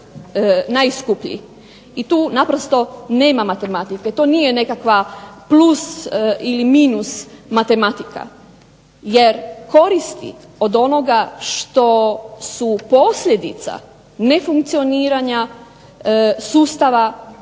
najskuplji, i tu naprosto nema matematike, to nije nekakva plus ili minus matematika, jer koristi od onoga što su posljedica nefunkcioniranja sustava, dakle šteta